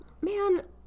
Man